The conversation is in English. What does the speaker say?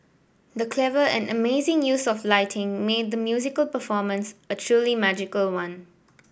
the clever and amazing use of lighting made the musical performance a truly magical one